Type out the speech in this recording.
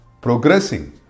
progressing